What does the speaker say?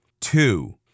Two